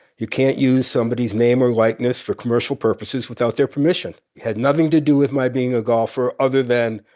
you can't use somebody's name or likeness for commercial purposes without their permission. it had nothing to do with my being a golfer other than,